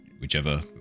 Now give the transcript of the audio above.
whichever